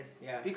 ya